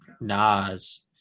Nas